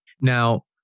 Now